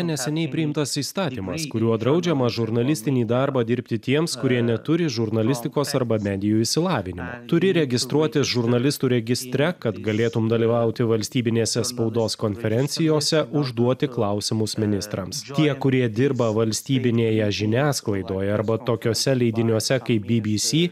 neseniai priimtas įstatymas kuriuo draudžiama žurnalistinį darbą dirbti tiems kurie neturi žurnalistikos arba medijų išsilavinimo turi registruotis žurnalistų registre kad galėtum dalyvauti valstybinėse spaudos konferencijose užduoti klausimus ministrams tie kurie dirba valstybinėje žiniasklaidoje arba tokiuose leidiniuose kaip bbc